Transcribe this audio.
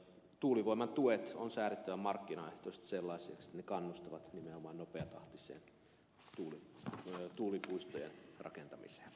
tuulivoiman tuet on säädettävä markkinaehtoisesti sellaisiksikannustavat nimenomaan nopeatahtiseen haki tilalle tuli puistojen rakentamise